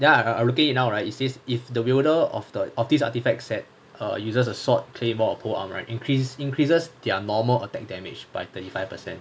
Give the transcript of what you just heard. ya I looking at it now right it says if the wilder of the of these artefacts that a user's sword claymore or pro more right it increase increases their normal attack damage by thirty five percent